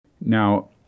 Now